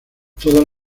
todas